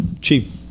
Chief